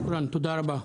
תודה רבה.